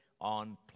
on